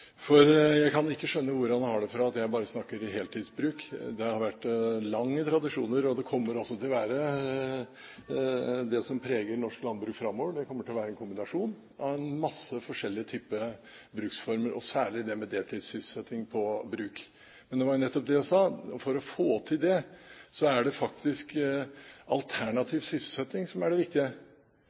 for det var basert på noen ganske så åpenbare misforståelser og også en ganske livlig fantasi, egentlig. Jeg kan ikke skjønne hvor han har det fra at jeg bare snakker om «heltidsbruk». Det har vært lange tradisjoner for, og kommer også til å prege norsk landbruk framover, en kombinasjon av mange forskjellige typer bruksformer, og særlig deltidssysselsetting på bruk. Men det var det jeg nettopp sa, at for å få til det er muligheten for alternativ sysselsetting viktig. Det